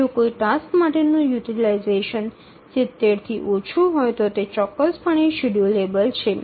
જો કોઈ ટાસક્સ માટેનું યુટીલાઈઝેશન ૭0 થી ઓછું હોય તો તે ચોક્કસપણે શેડ્યૂલેબલ છે